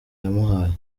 yamuhaye